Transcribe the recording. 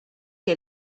que